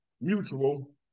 mutual